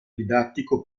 didattico